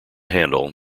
handle